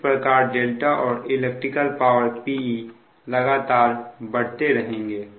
इस प्रकार δ और इलेक्ट्रिकल पावर Pe लगातार बढ़ते रहेंगे